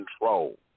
control